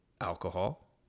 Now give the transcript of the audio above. alcohol